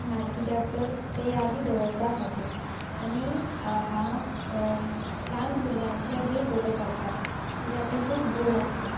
किद्याक तर तें यादी दवरपा खातीर आनी हांव ल्हान भुरग्यांचे बी फोटो काडटा किद्याक ती खूब गोड आसतात